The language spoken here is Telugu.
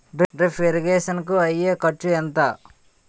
డ్రిప్ ఇరిగేషన్ కూ అయ్యే ఖర్చు ఎంత?